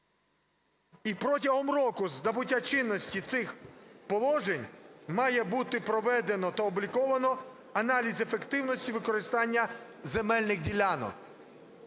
Протягом року з набуття чинності цих положень має бути проведено та опубліковано аналіз ефективності використання земельних ділянок".